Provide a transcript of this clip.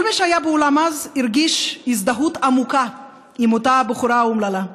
כל מי שהיה באולם אז הרגיש הזדהות עמוקה עם אותה בחורה אומללה.